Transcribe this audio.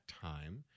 time